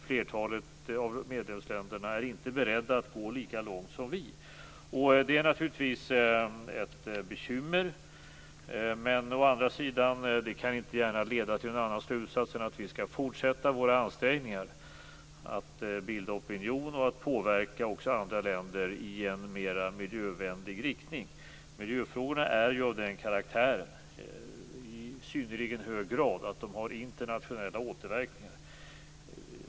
Flertalet av medlemsländerna är inte beredda att gå lika långt som vi. Det är naturligtvis ett bekymmer. Å andra sidan kan det inte gärna leda till någon annan slutsats än att vi skall fortsätta våra ansträngningar att bilda opinion och påverka andra länder i en mer miljövänlig riktning. Miljöfrågorna är ju i synnerligen hög grad av den karaktären att de har internationella återverkningar.